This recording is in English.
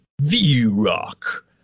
V-Rock